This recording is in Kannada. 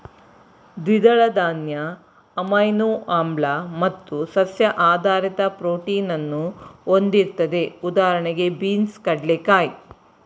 ದ್ವಿದಳ ಧಾನ್ಯ ಅಮೈನೋ ಆಮ್ಲ ಮತ್ತು ಸಸ್ಯ ಆಧಾರಿತ ಪ್ರೋಟೀನನ್ನು ಹೊಂದಿರ್ತದೆ ಉದಾಹಣೆಗೆ ಬೀನ್ಸ್ ಕಡ್ಲೆಕಾಯಿ